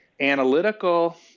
Analytical